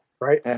right